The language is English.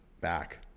back